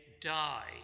die